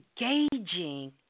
engaging